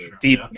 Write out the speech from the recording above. deep